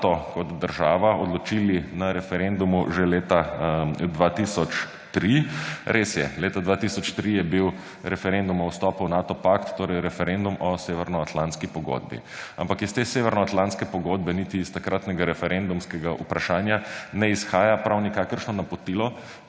kot država odločili na referendumu že leta 2003. Res je, leta 2003 je bil referendum o vstopu v Nato pakt, torej referendum o Severnoatlantski pogodbi. Ampak iz te Severnoatlantske pogodbe niti iz takratnega referendumskega vprašanja ne izhaja prav nikakršno napotilo,